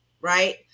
right